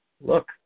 Look